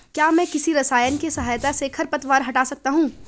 क्या मैं किसी रसायन के सहायता से खरपतवार हटा सकता हूँ?